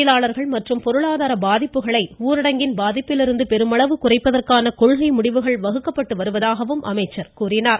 தொழிலாளர்கள் மற்றும் பொருளாதார பாதிப்புகளை ஊரடங்கின் பாதிப்பிலிருந்து பெருமளவு குறைப்பதற்கான கொள்கை முடிவுகள் வகுக்கப்பட்டு வருவதாக கூறினார்